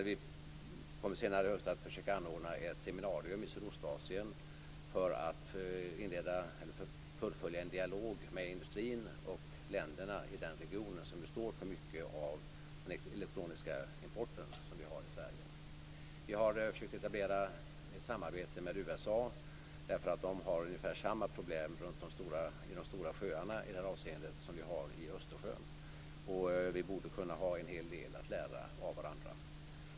Vi kommer senare i höst att försöka anordna ett seminarium i Sydostasien för att fullfölja en dialog med industrin och länderna i den regionen, som ju står för mycket av den elektroniska importen till Sverige. Vi har försökt etablera ett samarbete med USA därför att de har ungefär samma problem i de stora sjöarna i det avseendet som vi har i Östersjön. Vi borde kunna ha en hel del att lära av varandra.